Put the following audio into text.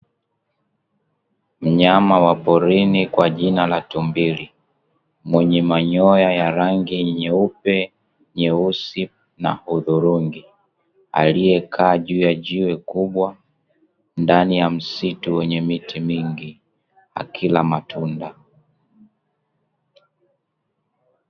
Mnyama wa porini kwa jina la tumbili mwenye manyoya ya rangi nyeupe, nyeusi na hudhurungi, aliyekaa juu ya jiwe kubwa ndani ya msitu wenye miti mingi akila matunda.